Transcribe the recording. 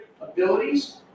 abilities